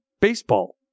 baseball